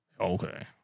Okay